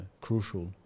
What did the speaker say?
crucial